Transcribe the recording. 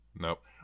Nope